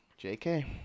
JK